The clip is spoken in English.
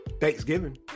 Thanksgiving